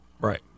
Right